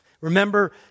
Remember